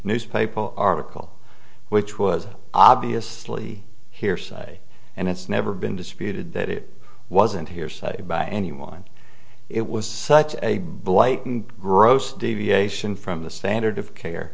newspaper article which was obviously hearsay and it's never been disputed that it wasn't here cited by anyone it was such a blatant gross deviation from the standard of care